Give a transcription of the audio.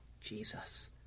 Jesus